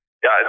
ja